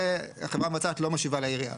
והחברה המבצעת לא משיבה לעירייה.